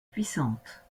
puissantes